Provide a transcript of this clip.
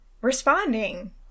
responding